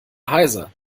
heiser